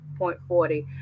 0.40